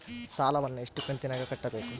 ಸಾಲವನ್ನ ಎಷ್ಟು ಕಂತಿನಾಗ ಕಟ್ಟಬೇಕು?